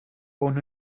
born